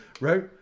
right